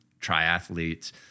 triathletes